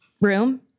room